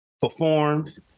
performed